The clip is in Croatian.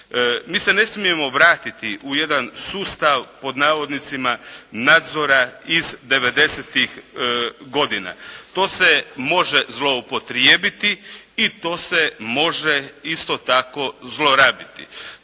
Mi se ne smijemo vratiti u jedan sustav pod navodnicima "nadzora" iz 90-tih godina. To se može zloupotrijebiti i to se može isto tako zlorabiti.